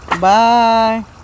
bye